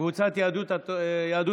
קבוצת יהדות התורה?